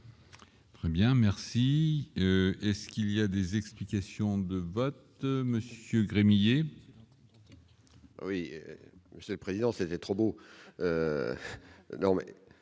Très bien, merci, est ce qu'il y a des explications de vote Monsieur Gremillet. Oui, c'est le président, c'était trop beau